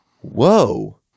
Whoa